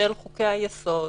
של חוקי היסוד,